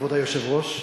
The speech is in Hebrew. כבוד היושב-ראש,